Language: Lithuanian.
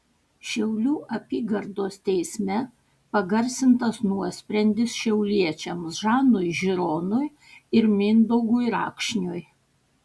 šiaulių apygardos teisme pagarsintas nuosprendis šiauliečiams žanui žironui ir mindaugui rakšniui